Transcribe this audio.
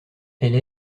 elle